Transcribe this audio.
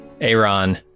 Aaron